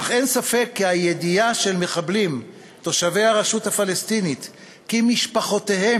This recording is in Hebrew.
אך אין ספק כי הידיעה של מחבלים תושבי הרשות הפלסטינית כי משפחותיהם